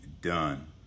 done